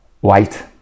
white